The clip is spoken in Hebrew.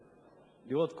לראות,